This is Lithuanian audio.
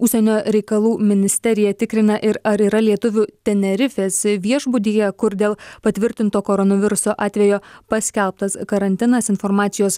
užsienio reikalų ministerija tikrina ir ar yra lietuvių tenerifės viešbutyje kur dėl patvirtinto koronaviruso atvejo paskelbtas karantinas informacijos